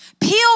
Peel